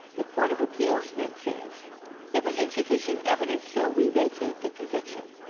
the court of appeals then says there was insufficient evidence, so we vacate the conviction.